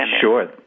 Sure